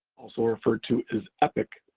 also referred to as epic,